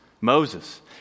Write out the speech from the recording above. Moses